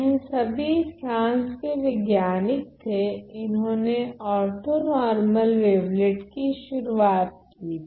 यह सभी फ्रांस के वैज्ञानिक थे इन्होने ओर्थोनोर्मल वेवलेट की शुरुआत की थी